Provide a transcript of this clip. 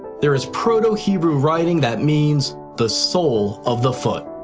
there is proto-hebrew writing that means the sole of the foot.